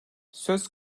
söz